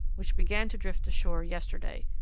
which began to drift ashore yesterday.